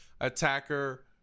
attacker